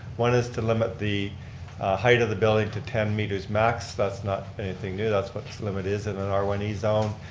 one is to limit the height of the building to ten meters max, that's not anything new, that's what this limit is in an r one e zone.